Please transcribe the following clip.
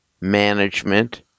Management